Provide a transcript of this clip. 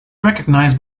recognized